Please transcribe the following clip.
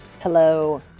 Hello